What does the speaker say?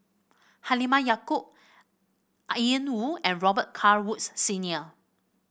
Halimah Yacob Ian Woo and Robet Carr Woods Senior